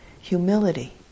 humility